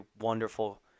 wonderful